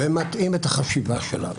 והם מטעים את החשיבה שלנו.